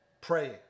praying